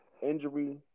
injury